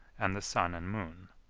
and the sun and moon.